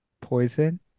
poison